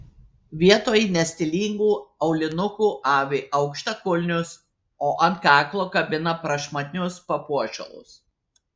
vietoj nestilingų aulinukų avi aukštakulnius o ant kaklo kabina prašmatnius papuošalus